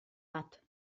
bat